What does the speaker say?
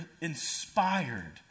inspired